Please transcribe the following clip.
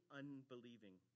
unbelieving